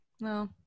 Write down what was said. No